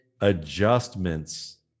adjustments